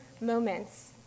moments